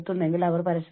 ഉൽപ്പാദനക്ഷമത കുറയുന്നു